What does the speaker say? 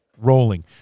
Rolling